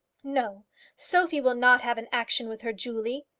no sophie will not have an action with her julie.